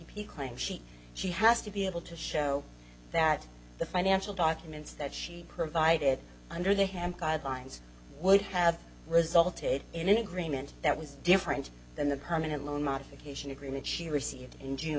p claim she she has to be able to show that the financial documents that she provided under the hamp guidelines would have resulted in an agreement that was different than the permanent loan modification agreement she received in june